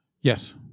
Yes